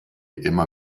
immer